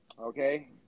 Okay